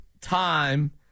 time